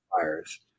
fires